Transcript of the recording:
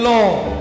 Lord